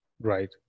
Right